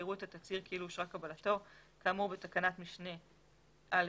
יראו את התצהיר כאילו אושרה קבלתו כאמור בתקנת משנה (א2).